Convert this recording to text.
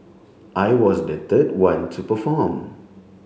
I was the third one to perform